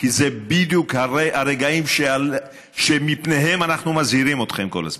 כי זה בדיוק מהרגעים שמפניהם אנחנו מזהירים אתכם כל הזמן,